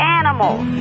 animals